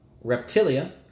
Reptilia